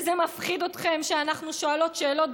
וזה מפחיד אתכם שאנחנו שואלות שאלות.